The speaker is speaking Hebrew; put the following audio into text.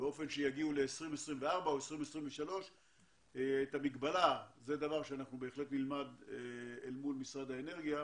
כבר ב-2024 או 2023. את המגבלה אנחנו בהחלט נלמד אל מול משרד האנרגיה,